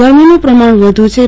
ગરમીનું પ્રમાણ વધુછે